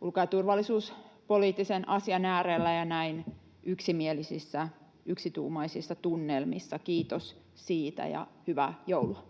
ulko‑ ja turvallisuuspoliittisen asian äärellä ja näin yksimielisissä, yksituumaisissa tunnelmissa. Kiitos siitä, ja hyvää joulua!